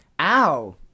Ow